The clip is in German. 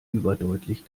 überdeutlich